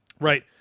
right